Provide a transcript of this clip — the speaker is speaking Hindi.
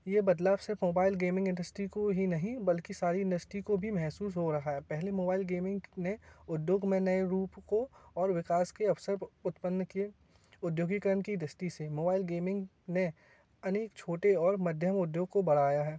ये बदलाव सिर्फ मोबाइल गेमिंग इंडस्ट्री को ही नहीं बल्कि सारी इंडस्ट्री को भी महसूस हो रहा है पहले मोबाइल गेमिंग ने उद्योग में नए रूप को और विकास के अवसर उत्पन्न किए उद्योगीकरण कि दृष्टि से मोबाइल गेमिंग ने अनेक छोटे और मध्यम उद्योग को बढ़ाया है